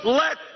let